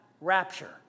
rapture